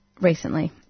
recently